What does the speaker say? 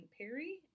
Perry